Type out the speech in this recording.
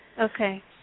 Okay